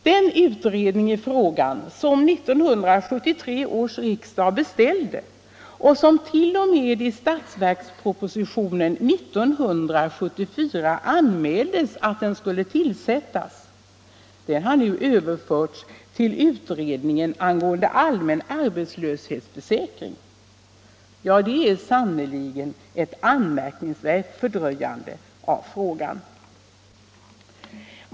Den utredning i frågan som 1973 års riksdag beställde och som man t.o.m. i statsverkspropositionen 1974 anmälde skulle tillsättas, har nu överförts till utredningen angående allmän arbetslöshetsförsäkring. Det är sannerligen ett anmärkningsvärt fördröjande av en lösning.